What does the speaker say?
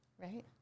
Right